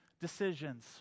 decisions